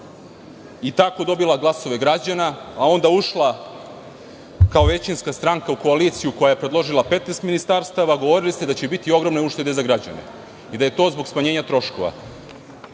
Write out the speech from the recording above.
i tako dobila glasove građane, a onda ušla kao većinska stranka u koaliciju koja je predložila 15 ministarstava, govorili ste da će biti ogromne uštede za građane i da je to zbog smanjenja troškova.